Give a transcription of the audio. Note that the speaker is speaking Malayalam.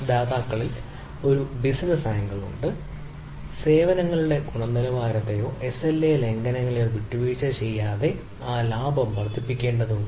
ദാതാക്കളിൽ നിന്ന് ഒരു ബിസിനസ് ആംഗിൾ ഉണ്ട് സേവനങ്ങളുടെ ഗുണനിലവാരത്തിലോ എസ്എൽഎ ലംഘനങ്ങളിലോ വിട്ടുവീഴ്ച ചെയ്യാതെ അയാൾക്ക് ലാഭം വർദ്ധിപ്പിക്കേണ്ടതുണ്ട്